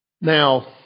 Now